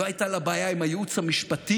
לא הייתה לה בעיה עם הייעוץ המשפטי,